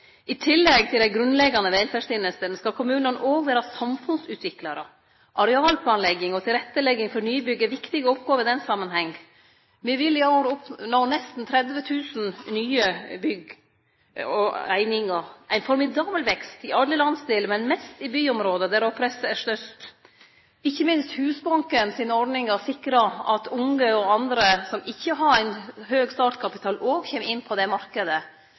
I tillegg til dei grunnleggjande velferdstenestene skal kommunane òg vere samfunnsutviklarar. Arealplanlegging og tilrettelegging for nybygg er viktige oppgåver i den samanhengen. Me vil i år oppnå nesten 30 000 nye bygg og einingar – ein formidabel vekst i alle landsdelar, men mest i byområda, der òg presset er størst. Ikkje minst Husbanken sine ordningar sikrar at unge og andre som ikkje har ein høg startkapital, òg kjem inn på den